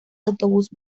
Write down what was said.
autobús